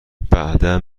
بعدا